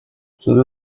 solo